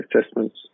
assessments